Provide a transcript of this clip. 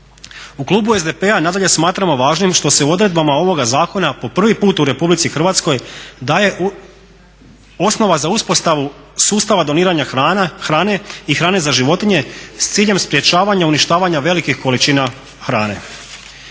U klubu SDP-a nadalje smatramo važnim što se u odredbama ovoga zakona po prvi put u RH daje osnova za uspostavu sustava doniranja hrane i hrane za životinje s ciljem sprečavanja i uništavanja velikih količina hrane.